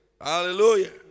Hallelujah